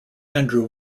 andrew